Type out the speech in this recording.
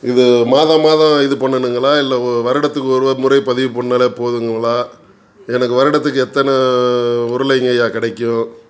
இது மாதம் மாதம் இது பண்ணுணுங்களா இல்லை வருடத்துக்கு ஒரு ஒரு முறை பதிவு பண்ணிணாலே போதுங்கங்களா எனக்கு வருடத்துக்கு எத்தனை உருளைங்கய்யா கிடைக்கும்